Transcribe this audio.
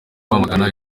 kwamagana